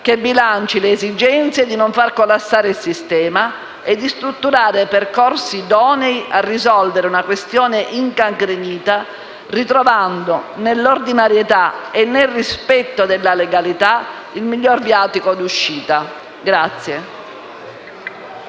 che bilanci le esigenze di non far collassare il sistema e di strutturare percorsi idonei a risolvere una questione incancrenita, ritrovando nell'ordinarietà e nel rispetto della legalità il migliore viatico d'uscita.